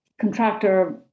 Contractor